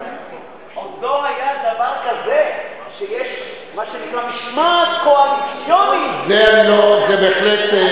עוד לא היה דבר כזה שיש מה שנקרא "משמעת קואליציונית" זה בהחלט.